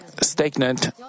stagnant